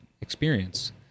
experience